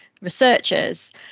researchers